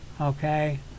okay